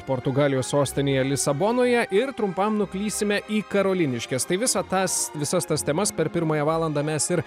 portugalijos sostinėje lisabonoje ir trumpam nuklysime į karoliniškes tai visą tas visas tas temas per pirmąją valandą mes ir